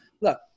look